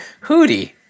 Hootie